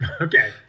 Okay